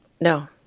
No